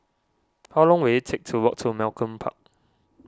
how long will it take to walk to Malcolm Park